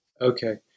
Okay